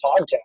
podcast